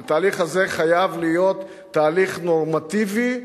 התהליך הזה חייב להיות תהליך נורמטיבי,